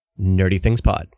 NerdyThingsPod